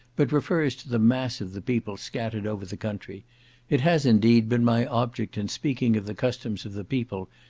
but refers to the mass of the people scattered over the country it has, indeed, been my object, in speaking of the customs of the people,